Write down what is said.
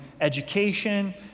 education